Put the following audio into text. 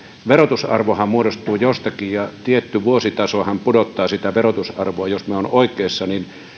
verotusarvohan muodostuu jostakin ja tietty vuositasohan pudottaa sitä verotusarvoa jos minä olen oikeassa